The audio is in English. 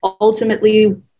ultimately